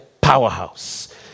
powerhouse